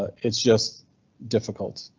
it's just difficult,